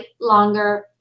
longer